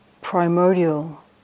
primordial